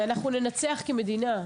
אנחנו ננצח כמדינה.